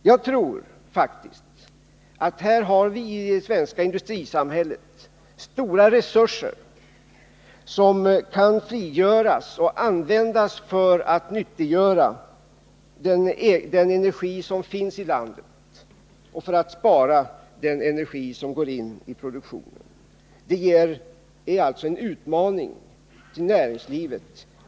Jag tror faktiskt att vi i det svenska industrisamhället har stora resurser, som kan frigöras och användas för att nyttiggöra den energi som finns i landet och för att spara den energi som går in i produktionen. Det är alltså en utmaning till näringslivet.